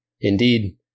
Indeed